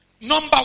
Number